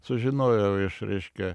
sužinojau iš reiškia